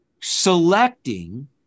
selecting